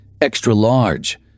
extra-large